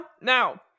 Now